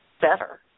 better